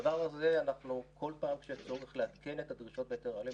בדבר הזה בכל פעם כשיש צורך לעדכן את דרישות ההיתר האלו,